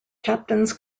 captains